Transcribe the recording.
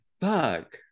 fuck